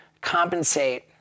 compensate